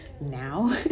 now